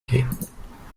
gehen